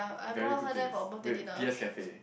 very good place wait P_S Cafe